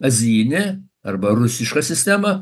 azijinė arba rusiška sistema